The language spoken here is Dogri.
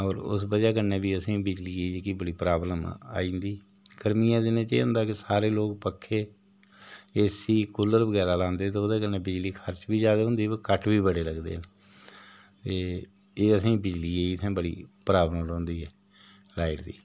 होर उस वजह कन्नै बी असेंगी बिजलियै जेह्की बड़ी प्राब्लम आई जंदी गर्मियें दिनें च एह् होंदा कि सारे लोग पक्खे ए सी कूलर बगैरा लांदे ते ओह्दे कन्नै बिजली खर्च बी ज्यादा होंदी ते कट बी बड़े लगदे न एह् एह् असेंगी बिजलियै असेंगी बड़ी प्राब्लम रौंह्दी ऐ लाइट दी